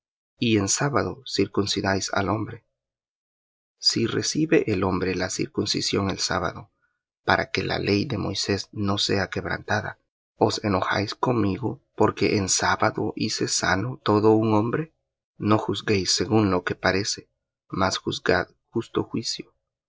y en sábado circuncidáis al hombre si recibe el hombre la circuncisión en sábado para que la ley de moisés no sea quebrantada os enojáis conmigo porque en sábado hice sano todo un hombre no juzguéis según lo que parece mas juzgad justo juicio